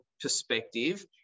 perspective